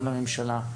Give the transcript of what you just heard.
גם לממשלה,